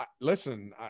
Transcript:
listen